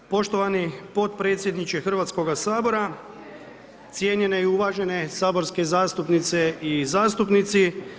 Poštovani podpredsjedniče Hrvatskoga sabora, cijenjenje i uvažene saborske zastupnice i zastupnici.